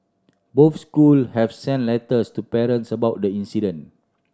both school have sent letters to parents about the incident